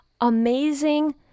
Amazing